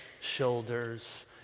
shoulders